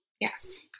Yes